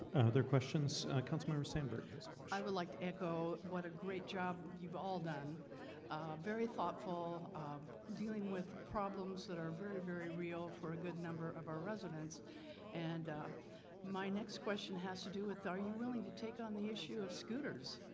their questions councilmember sandberg has of course, i would like to echo. what a great job. you've all done very thoughtful dealing with problems that are very very real for a good number of our residents and my next question has to do with are you willing to take on the issue of scooters?